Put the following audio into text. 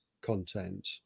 content